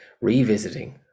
revisiting